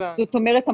זאת אומרת,